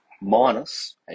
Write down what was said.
minus